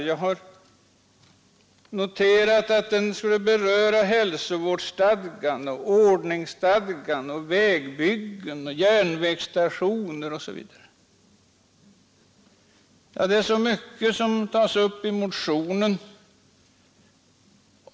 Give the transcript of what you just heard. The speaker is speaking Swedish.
Jag har noterat att den skulle beröra hälsovårdsstadgan, ordningsstadgan, vägbyggen, järnvägsstationer osv. — det är så mycket som tas upp i motionen.